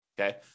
Okay